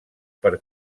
per